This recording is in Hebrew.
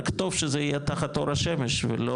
רק טוב שזה יהיה תחת אור השמש ולא